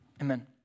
amen